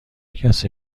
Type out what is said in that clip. کسی